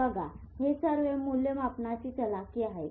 बघा हे सर्व मुल्यमापनाची चलाखी आहे आहे